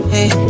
Hey